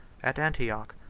at antioch,